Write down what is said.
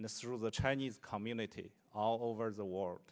and the through the chinese community all over the war